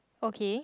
okay